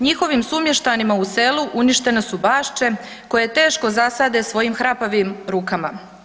Njihovim sumještanima u selu, uništene su bašče koje teško zasade svojim hrapavim rukama.